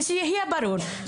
ושיהיה ברור,